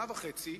שנה וחצי,